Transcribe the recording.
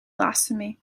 blasphemy